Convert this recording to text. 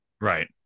right